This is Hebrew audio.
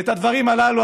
ואת הדברים הללו,